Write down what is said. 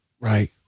Right